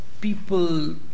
people